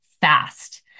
fast